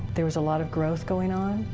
there was a lot of growth going on,